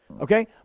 Okay